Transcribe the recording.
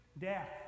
death